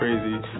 Crazy